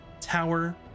tower